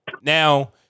Now